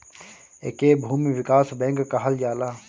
एके भूमि विकास बैंक कहल जाला